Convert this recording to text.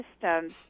systems